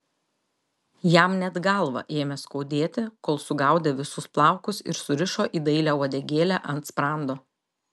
jam net galvą ėmė skaudėti kol sugaudė visus plaukus ir surišo į dailią uodegėlę ant sprando